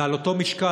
ועל אותו משקל,